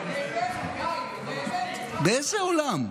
באיזה עולם?